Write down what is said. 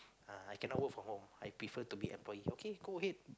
uh I cannot work from home I prefer to be employee okay go ahead